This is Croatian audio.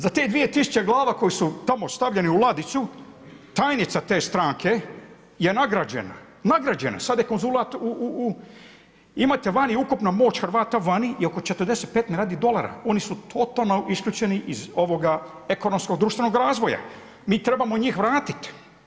Za tih 2000 glava koji su tamo stavljene u ladicu tajnica te stranke je nagrađena, nagrađena, sada je konzulat u. Imate vani, ukupna moć Hrvata vani je oko 45 milijardi dolara, oni su totalno isključeni iz ovoga ekonomsko društvenog razvoja, mi trebamo njih vratiti.